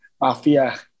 mafia